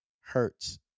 hurts